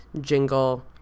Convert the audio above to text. jingle